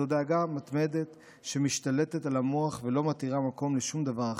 זאת דאגה מתמדת שמשתלטת על המוח ולא מותירה מקום לשום דבר אחר.